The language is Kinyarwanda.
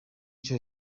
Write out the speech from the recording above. cyo